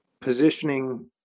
positioning